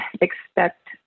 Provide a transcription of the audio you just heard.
expect